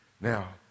now